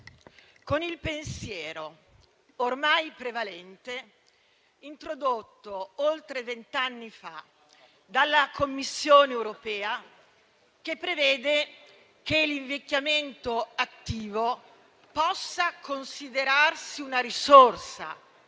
con il pensiero ormai prevalente introdotto oltre vent'anni fa dalla Commissione europea, che prevede che l'invecchiamento attivo possa considerarsi una risorsa